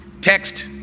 text